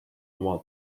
oma